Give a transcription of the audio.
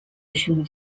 initially